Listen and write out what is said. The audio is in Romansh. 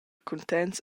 cuntents